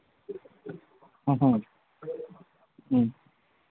ꯎꯝ ꯎꯝ ꯎꯝ